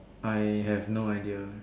I have no idea